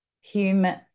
human